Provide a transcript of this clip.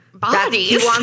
Bodies